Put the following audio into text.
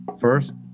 First